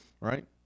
right